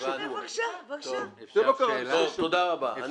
תודה רבה.